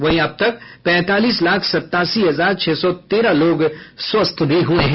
वहीं अब तक पैंतालीस लाख सतासी हजार छह सौ तेरह लोग स्वस्थ भी हुए हैं